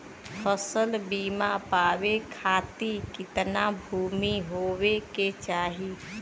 फ़सल बीमा पावे खाती कितना भूमि होवे के चाही?